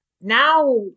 now